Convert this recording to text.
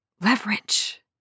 Leverage